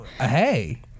hey